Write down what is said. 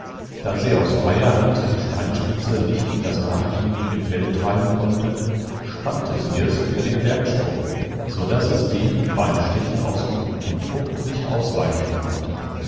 da sie aus freier hand die steinspitze nicht in das nachgiebige fell treiben konnte spannte sie es über den werkstrunk so daß es dem beim stechen ausgeübten druck nicht ausweichen konnte